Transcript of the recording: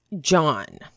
John